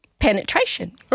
Penetration